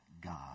God